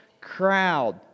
crowd